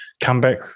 comeback